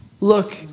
Look